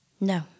No